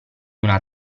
una